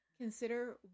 Consider